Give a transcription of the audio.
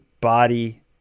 body